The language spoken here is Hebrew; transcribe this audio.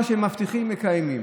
מה שאנחנו מבטיחים, אנחנו מקיימים.